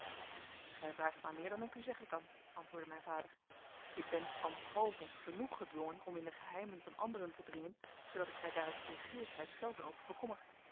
gij vraagt mij meer dan ik u zeggen kan antwoordde mijn vader ik ben ambtshalve genoeg gedwongen om in de geheimen van anderen te dringen zoodat ik mij daar uit nieuwsgierigheid zelden over bekommer